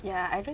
yeah I even